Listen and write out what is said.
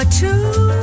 two